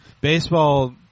Baseball